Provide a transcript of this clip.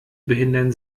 behindern